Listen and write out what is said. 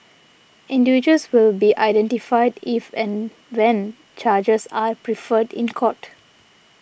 individuals will be identified if and when charges are preferred in court